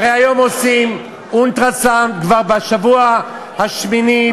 הרי היום עושים אולטרה-סאונד כבר בשבוע השמיני,